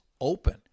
open